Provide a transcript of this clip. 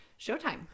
showtime